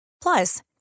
Plus